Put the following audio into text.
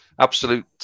absolute